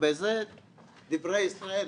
דברי ישראל,